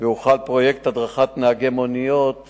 והוחל פרויקט הדרכת נהגי מוניות